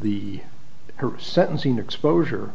the her sentencing exposure